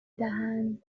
دهند